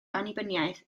annibyniaeth